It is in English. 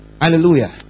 hallelujah